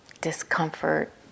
discomfort